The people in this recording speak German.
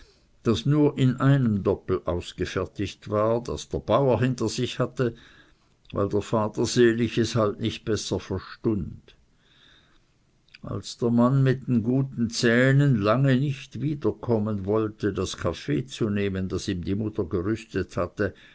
das nur in einem doppel ausgefertigt war das der bauer hinter sich hatte weil der vater sel es halt nicht besser verstund als der mann mit den guten zähnen lange nicht wieder kommen wollte das kaffee zu nehmen das ihm die mutter gerüstet hatte